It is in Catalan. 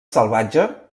salvatge